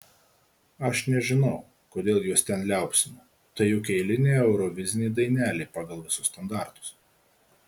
aš nežinau kodėl juos ten liaupsino tai juk eilinė eurovizinė dainelė pagal visus standartus